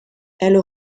elle